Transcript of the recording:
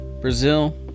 Brazil